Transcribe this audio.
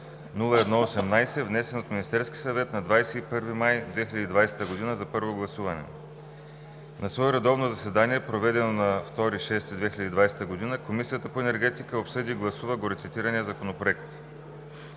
внесен от Министерския съвет на 21 май 2020 г. за първо гласуване На свое редовно заседание, проведено на 2 юни 2020 г., Комисията по енергетика обсъди и гласува горецитирания законопроект.